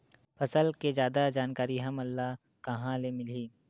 फसल के जादा जानकारी हमला कहां ले मिलही?